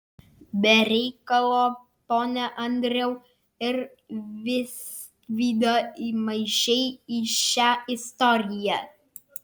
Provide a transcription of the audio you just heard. be reikalo pone andriau ir visvydą įmaišei į šią istoriją